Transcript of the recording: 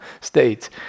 states